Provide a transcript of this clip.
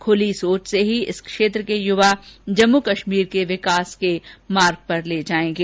खुली सोच से ही इस क्षेत्र के युवा जम्मू कश्मीर को विकास के मार्ग पर ले जायेंगे